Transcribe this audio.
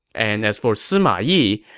and as for sima yi,